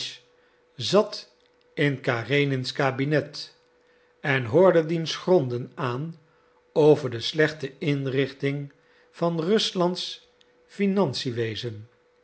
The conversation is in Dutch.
zat in karenins kabinet en hoorde diens gronden aan over de slechte inrichting van ruslands